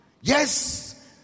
yes